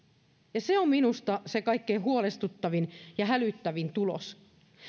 ja se on minusta se kaikkein huolestuttavin ja hälyttävin tulos